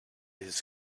his